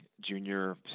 junior